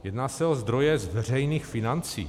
Jedná se o zdroje z veřejných financí.